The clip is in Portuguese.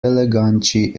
elegante